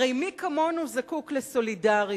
הרי מי כמונו זקוק לסולידריות?